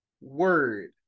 word